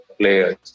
Players